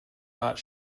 not